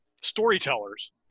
storytellers